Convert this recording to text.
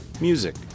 music